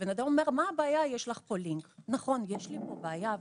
בן אדם אומר, מה הבעיה, אבל יש לי כאן בעיה.